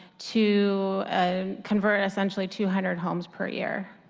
to ah convert essentially two hundred homes per year.